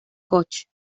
koch